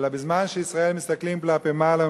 אלא בזמן ישראל מסתכלים כלפי מעלה,